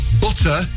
butter